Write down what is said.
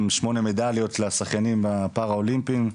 שמונה מדליות לשחיינים הפרה-אולימפיים,